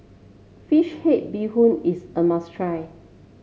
fish head Bee Hoon is a must try